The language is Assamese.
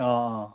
অঁ অঁ